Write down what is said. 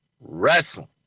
wrestling